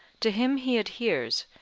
to him he adheres,